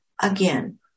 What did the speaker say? Again